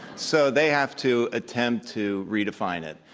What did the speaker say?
so they have to attempt to redefine it.